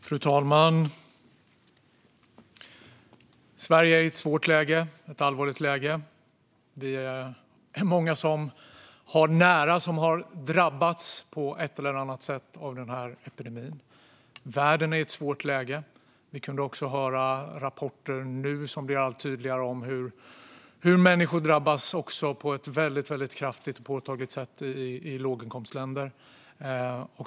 Fru talman! Sverige är i ett svårt, allvarligt läge. Vi är många som har nära som drabbats på ett eller annat sätt av epidemin. Världen är i ett svårt läge. Vi kan nu höra allt tydligare rapporter om hur människor också drabbas på ett väldigt kraftigt och påtagligt sätt i låginkomstländer.